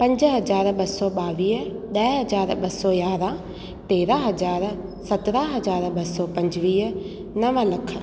पंज हज़ार ॿ सौ ॿावीह ॾह हज़ार ॿ सौ यारहं तेरहं हज़ार सत्रहं हज़ार ॿ सौ पंजुवीह नव लख